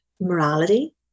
morality